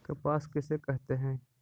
कपास किसे कहते हैं?